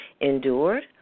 endured